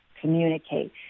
communicate